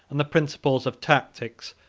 and the principles of tactics,